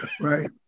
Right